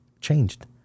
changed